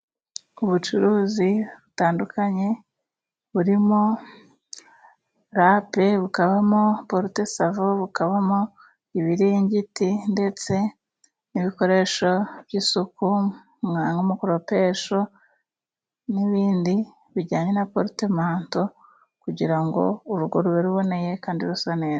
Ubucuruzi butandukanye, burimo rape, bukabamo porte savo, bukabamo ibiringiti, ndetse n'ibikoresho by'isuku, nk'umukoropesho n'ibindi bijyanye na porute manto, kugira ngo urugo rube ruboneye kandi rusa neza.